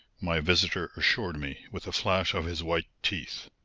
my visitor assured me, with a flash of his white teeth.